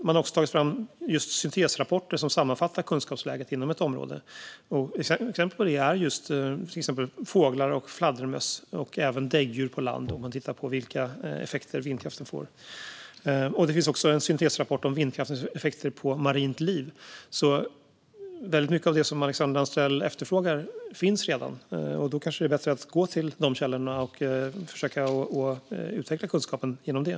Man har också tagit fram syntesrapporter, som sammanfattar kunskapsläget inom ett område, exempelvis vindkraftens effekter på fåglar och fladdermöss eller däggdjur på land. Det finns också en syntesrapport om vindkraftens effekter på marint liv. Väldigt mycket av det som Alexandra Anstrell efterfrågar finns alltså redan. Då kanske det är bättre att gå till de källorna och försöka utveckla kunskapen genom dem.